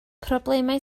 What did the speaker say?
problemau